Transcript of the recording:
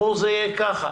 פה זה יהיה כך.